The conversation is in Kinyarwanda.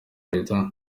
leta